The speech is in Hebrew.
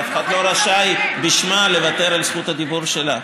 אף אחד לא רשאי בשמה לוותר על זכות הדיבור שלה.